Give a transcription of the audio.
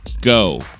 go